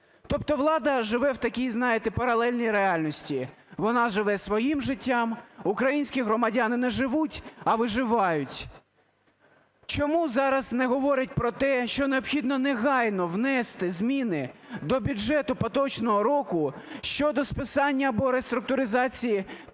Тобто влада живе в такій, знаєте, паралельній реальності: вона живе своїм життям, українські громадяни не живуть, а виживають. Чому зараз не говорять про те, що необхідно негайно внести зміни до бюджету поточного року щодо списання або реструктуризації 50-мільярдної